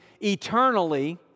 eternally